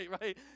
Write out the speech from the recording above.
right